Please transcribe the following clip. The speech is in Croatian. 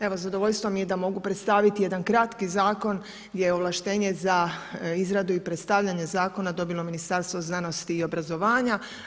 Evo zadovoljstvo mi je da mogu predstaviti jedan kratki zakon gdje je ovlaštenje za izradu i predstavljanje zakona dobilo Ministarstvo znanosti i obrazovanja.